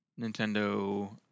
Nintendo